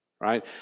Right